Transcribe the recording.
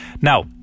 Now